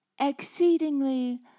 exceedingly